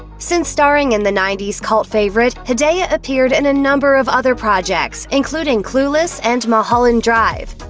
since starring in the ninety s cult favorite, hedaya appeared in a number of other projects, including clueless and mulholland drive.